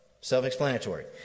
Self-explanatory